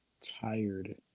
tired